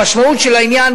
המשמעות של העניין,